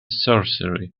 sorcery